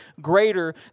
greater